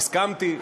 הסכמתי,